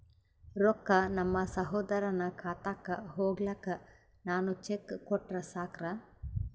ರೊಕ್ಕ ನಮ್ಮಸಹೋದರನ ಖಾತಕ್ಕ ಹೋಗ್ಲಾಕ್ಕ ನಾನು ಚೆಕ್ ಕೊಟ್ರ ಸಾಕ್ರ?